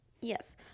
Yes